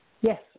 Yes